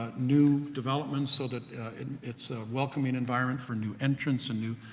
ah new developments, so that it's a welcoming environment for new entrants and new,